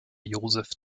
josef